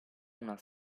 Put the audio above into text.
una